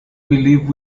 believe